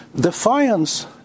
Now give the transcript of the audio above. defiance